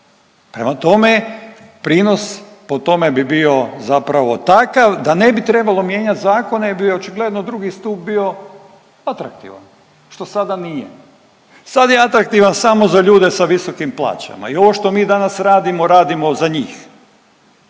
Prema tome prinos po tome bi bio zapravo takav da ne bi trebalo mijenjat zakone jer bi očigledno 2. stup bio atraktivan, što sada nije. Sad je atraktivan samo za ljude sa visokim plaćama i ovo što mi danas radimo, radimo za njih.